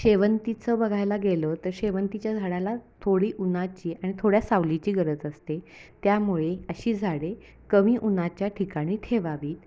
शेवंतीचं बघायला गेलं तर शेवंतीच्या झाडाला थोडी उन्हाची आणि थोड्या सावलीची गरज असते त्यामुळे अशी झाडे कमी उन्हाच्या ठिकाणी ठेवावीत